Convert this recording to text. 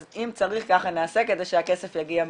אז אם צריך ככה נעשה כדי שהכסף יגיע מהר.